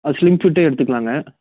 ஆ slim ஃபிட்டே எடுத்துக்கலாங்க